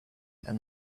and